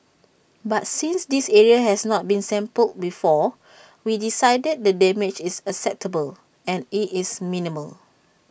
but since this area has not been sampled before we decided the damage is acceptable and IT is minimal